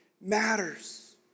matters